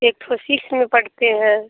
एक ठो सिक्स में पढ़ते हैं